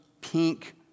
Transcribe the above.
pink